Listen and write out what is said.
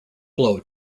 blow